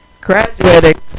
graduating